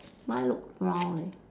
mine look round leh